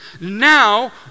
Now